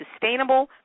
sustainable